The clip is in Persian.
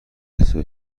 نصفه